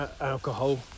alcohol